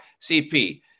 CP